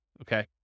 okay